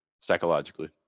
psychologically